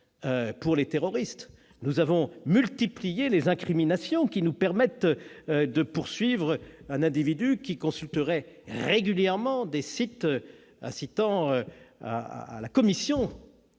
pour les terroristes. Nous avons multiplié les incriminations permettant de poursuivre un individu qui consulterait régulièrement des sites incitant à la commission